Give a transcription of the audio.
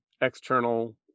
external